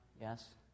Yes